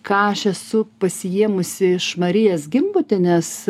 ką aš esu pasiėmusi iš marijos gimbutienės